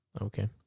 Okay